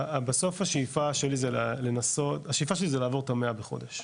בסוף השאיפה שלי זה לעבור את המאה בחודש,